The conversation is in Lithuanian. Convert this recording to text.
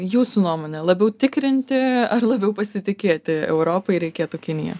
jūsų nuomone labiau tikrinti ar labiau pasitikėti europai reikėtų kiniją